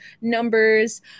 numbers